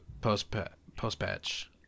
post-patch